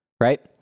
right